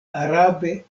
arabe